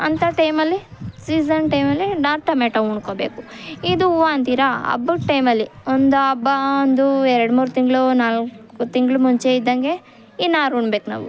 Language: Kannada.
ಅಂಥ ಟೈಮಲ್ಲಿ ಸೀಸನ್ ಟೈಮಲ್ಲಿ ಟೊಮೇಟೊ ಹೂಣ್ಕೊಬೇಕು ಇದು ಹೂವು ಅಂತೀರಿ ಹಬ್ಬದ ಟೈಮಲ್ಲಿ ಒಂದು ಹಬ್ಬ ಒಂದು ಎರಡ್ಮೂರು ತಿಂಗಳು ನಾಲ್ಕು ತಿಂಗಳು ಮುಂಚೆ ಇದ್ದಂಗೆ ಇನ್ನಾರು ಹೂಣ್ಬೇಕು ನಾವು